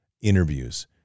interviews